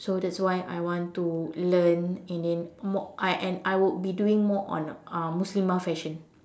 so that's why I want to learn and then more I and I would be doing more on uh muslimah fashion